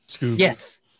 Yes